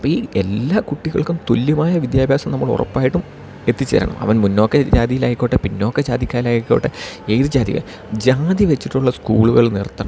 ഈ എല്ലാ കുട്ടികൾക്കും തുല്യമായ വിദ്യാഭ്യാസം നമ്മൾ ഉറപ്പായിട്ടും എത്തിച്ചേരണം അവൻ മുന്നോക്ക ജാതിയിലായിക്കോട്ടെ പിന്നോക്ക ജാതിക്കാലായിക്കോട്ടെ ഏത് ജാതിക ജാതി വെച്ചിട്ടുള്ള സ്കൂളുകൾ നിർത്തണം